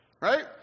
right